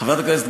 זה חוק גזעני.